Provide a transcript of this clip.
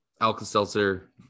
Alka-Seltzer